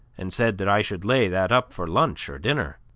and said that i should lay that up for lunch or dinner.